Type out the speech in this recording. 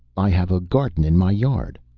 i have a garden in my yard,